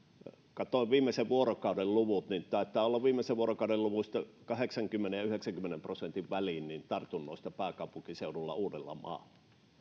katsoin viimeisen vuorokauden luvut niin taitaa olla viimeisen vuorokauden luvuista kahdeksankymmenen viiva yhdeksänkymmenen prosentin väliin tartunnoista pääkaupunkiseudulla uudellamaalla